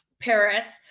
Paris